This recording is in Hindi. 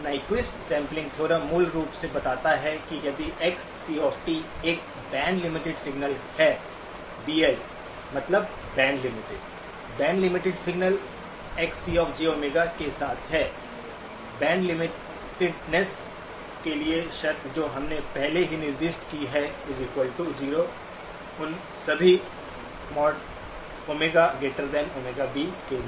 न्यक्विस्ट सैंपलिंग थ्योरम मूल रूप से बताता है कि यदि Xc एक बैंड लिमिटेड सिग्नल है BL मतलब बैंड लिमिटेड है बैंड लिमिटेड सिग्नल XcjΩ के साथ है बैंड लिमिटेडनेस के लिए शर्त जो हमने पहले ही निर्दिष्ट की है 0 उन सभी Ω∨≥ΩB के लिए